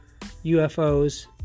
UFOs